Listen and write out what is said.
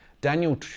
Daniel